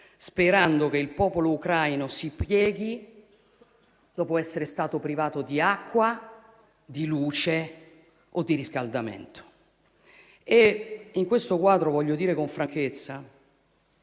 sperando che il popolo ucraino si pieghi dopo essere stato privato di acqua, di luce o di riscaldamento. In questo quadro voglio dire con franchezza